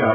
R